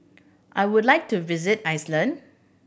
I would like to visit Iceland